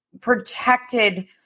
protected